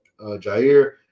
Jair